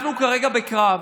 אנחנו כרגע בקרב,